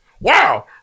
Wow